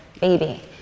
baby